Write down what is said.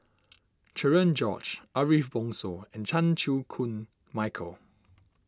Cherian George Ariff Bongso and Chan Chew Koon Michael